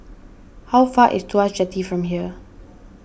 how far is Tuas Jetty from here